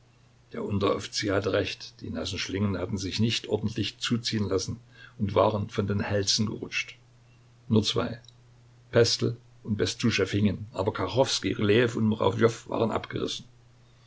der unteroffizier hatte recht die nassen schlingen hatten sich nicht ordentlich zuziehen lassen und waren von den hälsen gerutscht nur zwei pestel und bestuschew hingen aber kachowskij rylejew und murawjow waren abgerissen